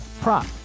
prop